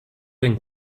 and